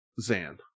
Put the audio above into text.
Zan